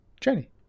jenny